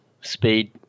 speed